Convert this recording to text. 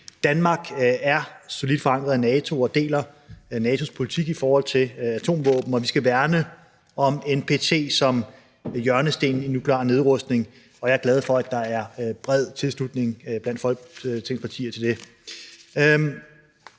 Danmark er solidt forankret i NATO og deler NATO’s politik i forhold til atomvåben, og vi skal værne om NPT som hjørnestenen i nuklear nedrustning, og jeg er glad for, at der er bred tilslutning til det blandt Folketingets partier.